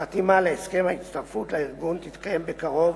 החתימה על הסכם ההצטרפות לארגון תתקיים בקרוב,